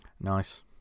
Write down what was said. Nice